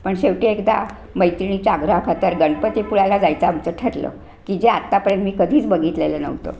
पण शेवटी एकदा मैत्रिणीच्या आग्रहाखातर गणपतीपुळ्याला जायचं आमचं ठरलं की जे आत्तापर्यंत मी कधीच बघितलेलं नव्हतं